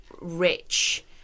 rich